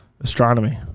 Astronomy